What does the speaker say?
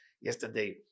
yesterday